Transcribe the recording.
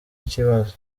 ikibazo